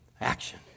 action